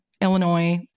Illinois